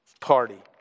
party